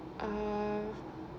uh